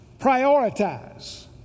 prioritize